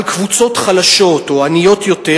על קבוצות חלשות או עניות יותר,